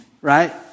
right